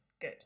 Good